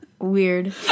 Weird